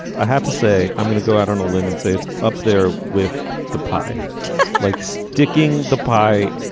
i have to say i'm going to go out on a limb and say it's up there with the pie like sticking the pie.